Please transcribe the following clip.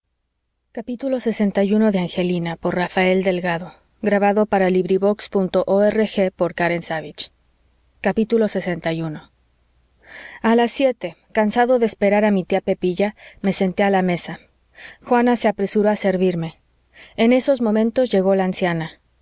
a manos de angelina lxi a las siete cansado de esperar a mi tía pepilla me senté a la mesa juana se apresuró a servirme en esos momentos llegó la anciana